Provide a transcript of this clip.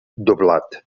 doblat